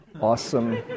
awesome